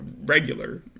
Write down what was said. regular